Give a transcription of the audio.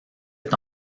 est